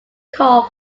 call